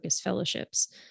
fellowships